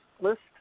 list